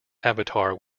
avatar